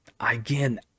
Again